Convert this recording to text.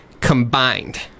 combined